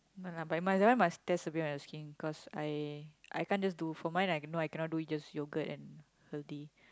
no lah but my one that one must test a bit on your skin cause I I can't just do for mine no I cannot do it just yogurt and